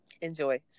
Enjoy